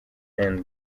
end